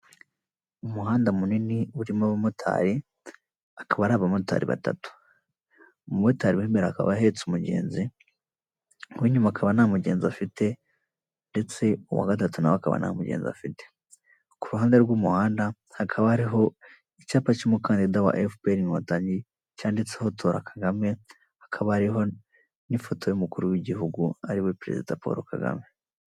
Umuhanda munini urimo abamotari akaba ari abamotari batatu, umumotari w'imbere akaba ahetse umugenzi, uw'inyuma akaba nta mugenzi afite ndetse uwa gatatu nawe akaba nta mugenzi afite, ku ruhande rw'umuhanda hakaba hariho icyapa cy'umukandida wa Efuperi Inkotanyi cyanditseho tora Kagame hakaba hariho n'ifoto y'umukuru w'igihugu ariwe perezida Paul Kagame.